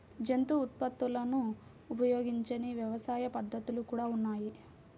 జంతు ఉత్పత్తులను ఉపయోగించని వ్యవసాయ పద్ధతులు కూడా ఉన్నాయి